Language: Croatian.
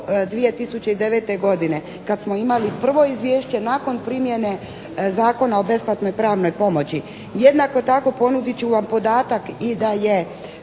2009. godine kad smo imali prvo izvješće nakon primjene Zakona o besplatnoj pravnoj pomoći. Jednako tako ponudit ću vam podatak i da je